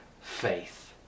faith